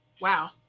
wow